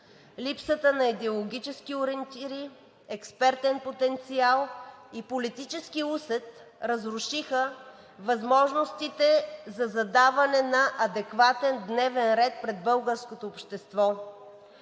Липсата на идеологически ориентири, експертен потенциал и политически усет разрушиха възможностите за задаване на адекватен дневен ред пред българското общество